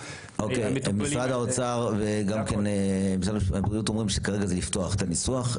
משרד האוצר וגם משרד הבריאות אומרים שזה בגדר של פתיחת הניסוח,